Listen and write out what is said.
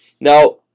Now